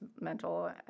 mental